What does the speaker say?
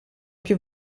più